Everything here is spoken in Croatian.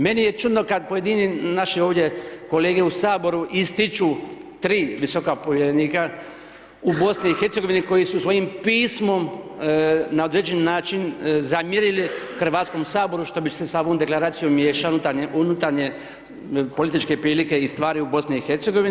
Meni je čudno kada pojedini naši ovdje kolege u Saboru ističu tri visoka povjerenika u BiH koji su svojim pismom na određeni način zamjerili Hrvatskom saboru što bi se sa ovom deklaracijom miješale unutarnje političke prilike i stvari u BiH.